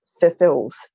fulfills